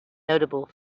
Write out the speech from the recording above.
notable